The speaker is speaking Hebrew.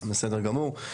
בסדר גמור.